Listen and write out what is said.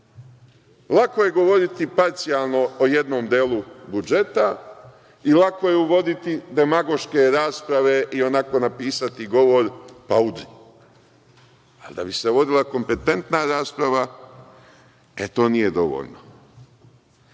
Lako je govoriti parcijalno o jednom delu budžeta i lako je uvoditi demagoške rasprave i onako napisati govor, pa udri. Da bi se vodila kompetentna rasprava, e to nije dovoljno. Dalje,